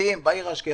איכותיים בעיר אשקלון,